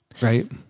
right